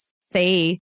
say